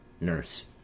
nurse.